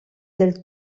del